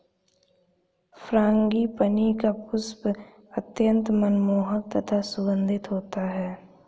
frangipani का पुष्प अत्यंत मनमोहक तथा सुगंधित होता है